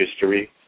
history